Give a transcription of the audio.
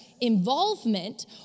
involvement